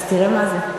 אז תראה מה זה.